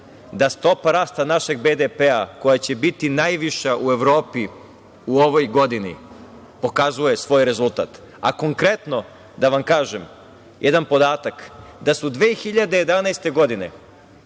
da stopa rasta našeg BDP-a koja će biti najviša u Evropi u ovoj godini pokazuje svoj rezultat. Konkretno, da vam kažem jedan podatak, da su 2011. godine